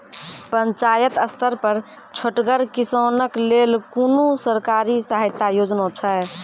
पंचायत स्तर पर छोटगर किसानक लेल कुनू सरकारी सहायता योजना छै?